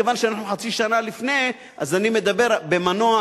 כיוון שאנחנו חצי שנה לפני אז אני מדבר במנוע,